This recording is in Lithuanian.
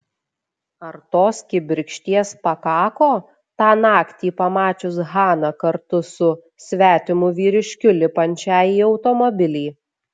ar tos kibirkšties pakako tą naktį pamačius haną kartu su svetimu vyriškiu lipančią į automobilį